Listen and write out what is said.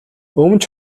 өмч